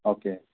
okay